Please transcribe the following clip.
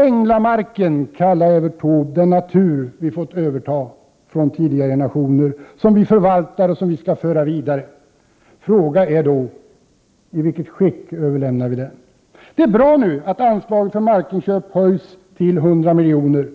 Änglamarken kallade Evert Taube den natur som vi fått överta från tidigare generationer, en natur som vi förvaltar och skall föra vidare. Frågan är i vilket skick vi överlämnar den. Det är bra att anslaget för markinköp höjs till 100 miljoner,